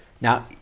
Now